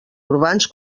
urbans